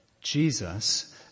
Jesus